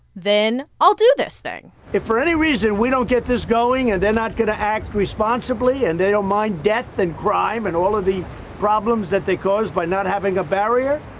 then i'll do this thing if, for any reason, we don't get this going and they're not going to act responsibly and they don't mind death and crime and all of the problems that they've caused by not having a barrier,